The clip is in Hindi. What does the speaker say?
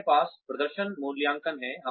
हमारे पास प्रदर्शन मूल्यांकन है